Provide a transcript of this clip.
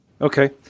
okay